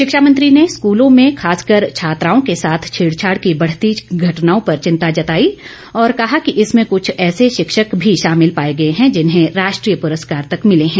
शिक्षा मंत्री ने स्कूलों में खासकर छात्राओं के साथ छेड़छाड़ की बढ़ती घटनाओं पर चिंता जताई और कहा कि इसमें कुछ ऐसे शिक्षक भी शामिल पाए गए हैं जिन्हें राष्ट्रीय पुरस्कार तक मिले हैं